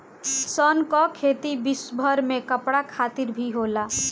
सन कअ खेती विश्वभर में कपड़ा खातिर भी होला